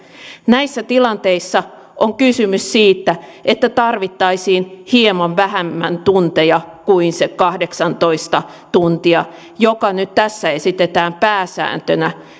näissä tilanteissa on kysymys siitä että tarvittaisiin hieman vähemmän tunteja kuin se kahdeksantoista tuntia joka nyt tässä esitetään pääsääntönä